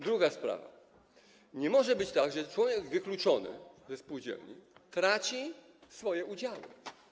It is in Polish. Druga sprawa - nie może być tak, że człowiek wykluczony ze współudziału traci swoje udziały.